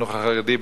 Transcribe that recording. בחינוך החרדי,